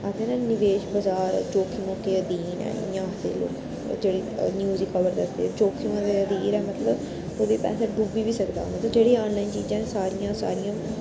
आखदे न निवेश बजार जोखिमों के अधीन ऐ इ'यां आखदे लोग जेह्ड़े न्यूज खबर दसदे जोखिमों दे अधीन दे मतलब ओह्दे च पैहा डुब्बी बी सकदा मतलब जेह्ड़ियां आनलाइन चीज़ां न सारियां सारियां